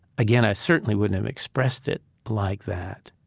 again, i certainly wouldn't have expressed it like that,